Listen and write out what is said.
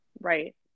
Right